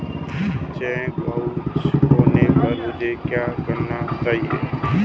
Check bounce होने पर मुझे क्या करना चाहिए?